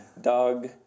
dog